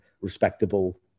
respectable